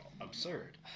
absurd